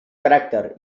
caràcter